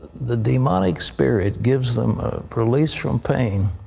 the demonic spirit gives them release from pain,